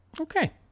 Okay